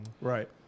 Right